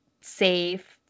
safe